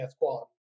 quality